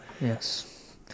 yes